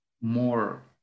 more